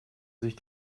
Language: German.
sich